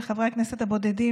מחברי הכנסת הבודדים,